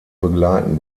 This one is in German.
begleiten